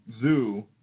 zoo